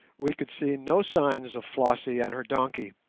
we could see no signs of flossie and her donkey,